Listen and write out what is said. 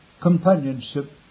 companionship